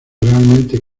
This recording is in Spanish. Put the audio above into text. realmente